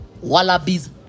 wallabies